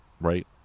right